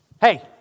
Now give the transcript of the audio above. Hey